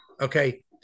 okay